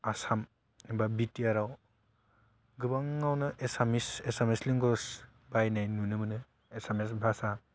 आसाम एबा बिटिआरआव गोबाङावनो एसामिस एसामिस लेंगुइज बाहायनाय नुनो मोनो एसामिस भाषा